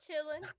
chilling